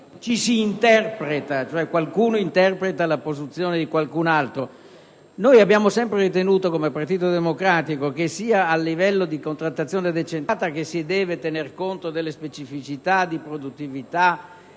ci si interpreta (cioè qualcuno interpreta la posizione di qualcun altro), che abbiamo sempre ritenuto, come Partito Democratico, che sia a livello di contrattazione decentrata che si deve tener conto delle specificità di produttività